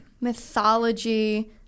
mythology